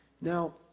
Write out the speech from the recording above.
Now